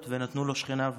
המזלות/ ונתנו לו שכניו.